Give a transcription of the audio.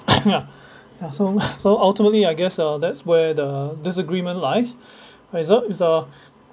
uh so so ultimately I guess uh that's where the disagreement lies as a result it's a